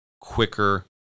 quicker